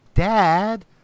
Dad